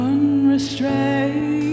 Unrestrained